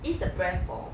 this is the brand for